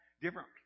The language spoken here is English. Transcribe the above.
different